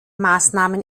maßnahmen